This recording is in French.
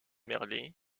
merlet